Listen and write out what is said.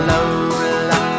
Lola